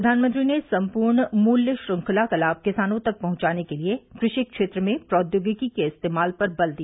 प्रधानमंत्री ने सम्पूर्ण मूल्य श्रृंखला का लाभ किसानों तक पहुंचाने के लिए कृषि क्षेत्र में प्रौद्योगिकी के इस्तेमाल पर बल दिया